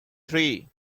three